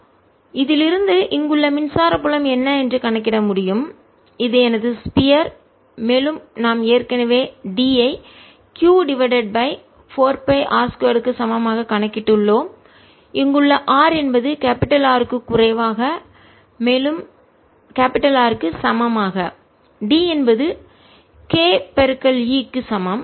4πr2QD Q4πr2 r இதிலிருந்து இங்குள்ள மின்சார புலம் என்ன என்று கணக்கிட முடியும் இது எனது ஸ்பியர் கோளம் மேலும் நாம் ஏற்கனவே D ஐ q divided by 4 pi r 2 க்கு சமமாக கணக்கிட்டுள்ளோம்இங்குள்ள r என்பது R க்கு குறைவாக மேலும் R க்கு சமமாக D என்பது k E க்கு சமம்